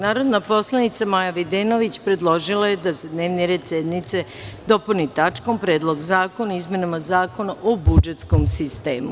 Narodna poslanica Maja Videnović predložila je da se dnevni red sednice dopuni tačkom – Predlog zakona o izmenama Zakona o budžetskom sistemu.